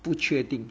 不确定